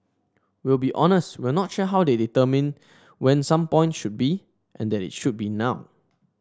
we'll be honest we're not sure how they determined when some point should be and that it should be now